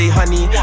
honey